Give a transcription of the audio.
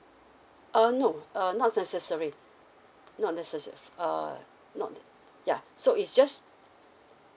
uh no uh not necessary not necessar~ err not n~ ya so is just